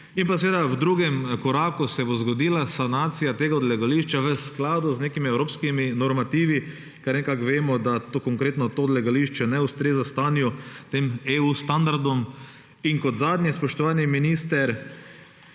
In v drugem koraku, ali se bo zgodila sanacija tega odlagališča v skladu z nekimi evropskimi normativi? Ker nekako vemo, da to konkretno odlagališče ne ustreza stanju EU-standardom. In kot zadnje, spoštovani minister: